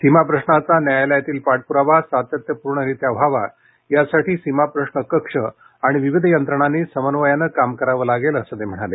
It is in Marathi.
सीमाप्रश्नाचा न्यायालयातील पाठप्रावा सातत्यपूर्णरित्या व्हावा यासाठी सीमाप्रश्न कक्ष आणि विविध यंत्रणांनी समन्वयानं काम करावं लागेल असं ते म्हणाले